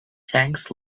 thanks